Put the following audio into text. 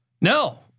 No